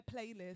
playlist